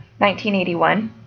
1981